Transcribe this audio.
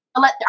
Let